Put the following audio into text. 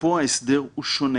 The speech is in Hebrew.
ופה ההסדר שונה.